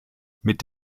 mit